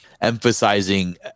emphasizing